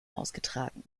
ausgetragen